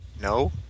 no